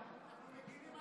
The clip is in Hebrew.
אנחנו מגינים על אשקלון,